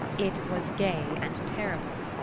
it was gay and terrible,